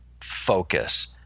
focus